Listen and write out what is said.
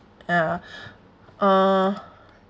ya uh